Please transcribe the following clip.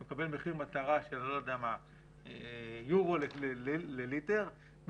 הוא מקבל מחיר מטרה של יורו לליטר או לא-יודע-מה,